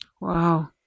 Wow